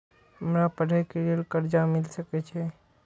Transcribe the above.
हमरा पढ़े के लेल कर्जा मिल सके छे?